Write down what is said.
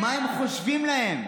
מה הם חושבים להם?